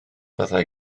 fyddai